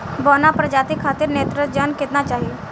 बौना प्रजाति खातिर नेत्रजन केतना चाही?